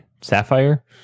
Sapphire